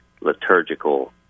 liturgical